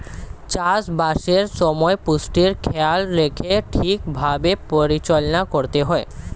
চাষ বাসের সময় পুষ্টির খেয়াল রেখে ঠিক ভাবে পরিচালনা করতে হয়